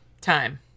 time